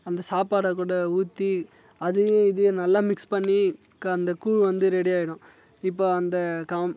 அந்த சப்பாடைக்கூட ஊற்றி அதையும் இதையும் நல்லா மிக்ஸ் பண்ணி கா அந்த கூழ் வந்து ரெடியாகிடும் இப்போ அந்த காம்